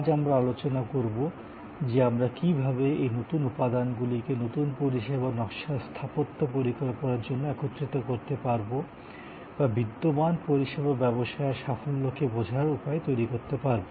আজ আমরা আলোচনা করবো যে কী ভাবে আমরা এই নতুন উপাদানগুলিকে নতুন পরিষেবা নকশা বানানোর জন্য একত্রিত করতে পারি বা প্রচলিত পরিষেবা ব্যবসায়ের সাফল্যেকে বোঝার উপায় তৈরি করতে পারি